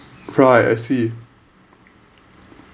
right I see